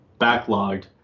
backlogged